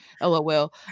lol